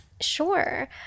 Sure